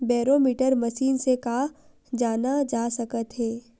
Barometer machine से का जाना जा सकत हे?